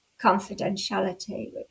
confidentiality